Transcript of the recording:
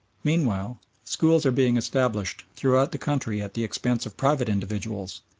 meanwhile schools are being established throughout the country at the expense of private individuals,